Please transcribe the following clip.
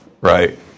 right